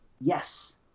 Yes